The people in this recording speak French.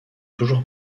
toujours